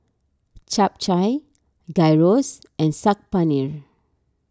Japchae Gyros and Saag Paneer